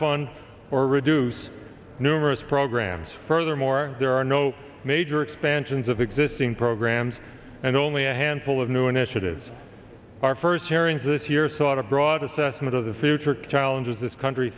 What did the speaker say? fun or reduce numerous programs furthermore there are no major expansions of existing programs and only a handful of new initiatives are first airings this year sought a broad assessment of the future challenges this country